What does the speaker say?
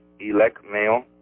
elecmail